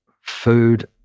food